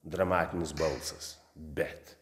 dramatinis balsas bet